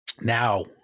Now